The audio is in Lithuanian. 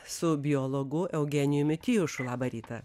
su biologu eugenijumi tijušu labą rytą